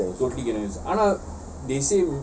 so totally cannot use that